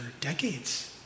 decades